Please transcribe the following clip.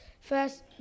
first